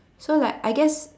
so like I guess